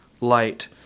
light